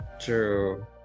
True